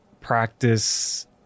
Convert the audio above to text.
practice